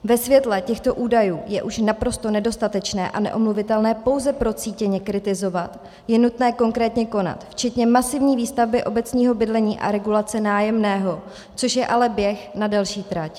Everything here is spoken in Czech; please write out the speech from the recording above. Ve světle těchto údajů je už naprosto nedostatečné a neomluvitelné pouze procítěně kritizovat, je nutné konkrétně konat, včetně masivní výstavby obecního bydlení a regulace nájemného, což je ale běh na delší trať.